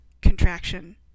contraction